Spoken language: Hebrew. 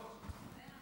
זה נכון.